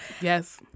Yes